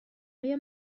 آیا